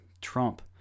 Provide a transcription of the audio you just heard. Trump